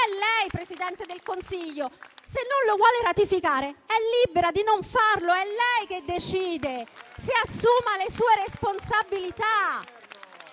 Presidente del Consiglio, se non lo vuole ratificare, è libera di non farlo, è lei che decide, si assuma le sue responsabilità.